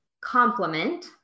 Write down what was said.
complement